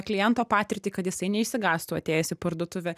kliento patirtį kad jisai neišsigąstų atėjęs į parduotuvę